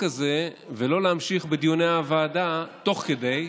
הזה ולא להמשיך בדיוני הוועדה תוך כדי,